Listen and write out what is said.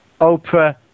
Oprah